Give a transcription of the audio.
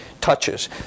touches